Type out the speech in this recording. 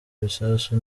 bisasu